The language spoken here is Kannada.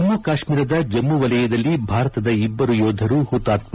ಜಮ್ಮು ಕಾಶ್ಮೀರದ ಜಮ್ಮು ವಲಯದಲ್ಲಿ ಭಾರತದ ಇಬ್ಬರು ಯೋಧರು ಹುತಾತ್ಮ